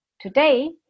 Today